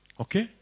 okay